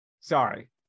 Sorry